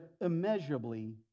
immeasurably